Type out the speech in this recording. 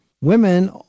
Women